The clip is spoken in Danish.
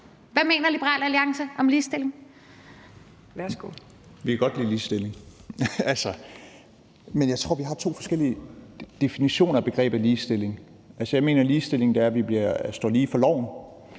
Kl. 17:49 Alex Vanopslagh (LA): Vi kan godt lide ligestilling. Men jeg tror, vi har to forskellige definitioner af begrebet ligestilling. Jeg mener, at ligestilling er, at vi står lige for loven,